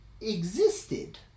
existed